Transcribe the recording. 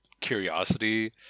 curiosity